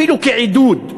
אפילו כעידוד,